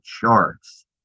charts